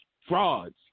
Frauds